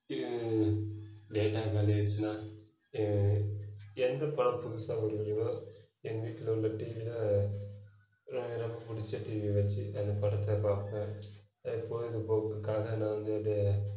data காலி ஆகிடுச்சுன்னா எந்தப் படம் புதுசாக வந்துருக்கோ எங்கள் வீட்டில் உள்ள டிவியில் பிடிச்ச டிவியை வச்சு அந்தப் படத்தை பார்ப்பேன் அது பொழுதுபோக்குக்காக நான் வந்து